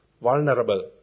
vulnerable